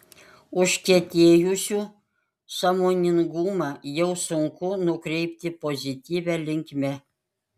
užkietėjusių sąmoningumą jau sunku nukreipti pozityvia linkme